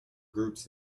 groups